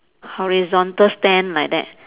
horizontal stand like that